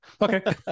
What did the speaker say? Okay